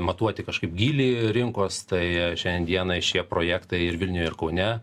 matuoti kažkaip gylį rinkos tai šiandien dienai šie projektai ir vilniuj ir kaune